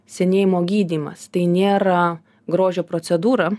senėjimo gydymas tai nėra grožio procedūra